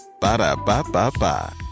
ba-da-ba-ba-ba